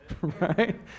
right